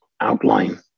outline